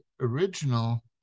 original